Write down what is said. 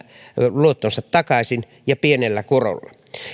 luottonsa takaisin ja pienellä korolla